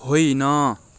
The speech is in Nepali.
होइन